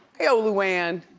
kay old luann.